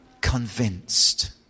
convinced